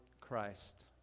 Christ